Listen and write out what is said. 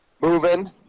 moving